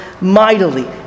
mightily